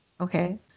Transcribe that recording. Okay